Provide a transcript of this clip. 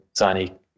Zani